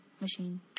machine